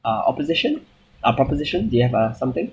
uh opposition uh proposition do you have uh something